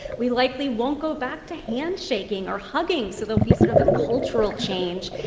we likely won't go back to handshaking or hugging, so there will be sort of a cultural change.